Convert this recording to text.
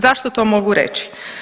Zašto to mogu reći?